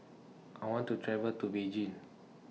I want to travel to Beijing